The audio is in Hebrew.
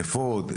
אפוד,